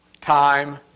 time